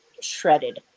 shredded